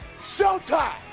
showtime